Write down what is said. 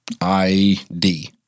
I-D